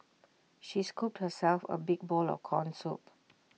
she scooped herself A big bowl of Corn Soup